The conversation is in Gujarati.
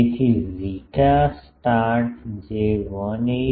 તેથી ઝેટા સ્ટાર્ટ જે 181